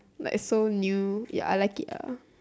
like so new ya I like it